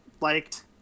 liked